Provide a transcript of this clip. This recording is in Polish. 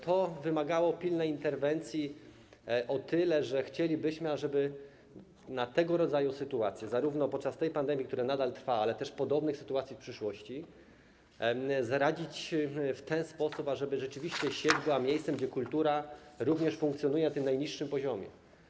To wymagało pilnej interwencji o tyle, że chcielibyśmy, ażeby tego rodzaju sytuacjom podczas tej pandemii, która nadal trwa, ale też podobnym sytuacjom w przyszłości zaradzić w ten sposób, ażeby rzeczywiście sieć była miejscem, gdzie kultura również funkcjonuje na tym najniższym poziomie.